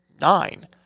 nine